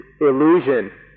illusion